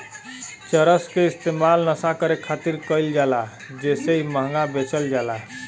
चरस के इस्तेमाल नशा करे खातिर कईल जाला जेसे इ महंगा बेचल जाला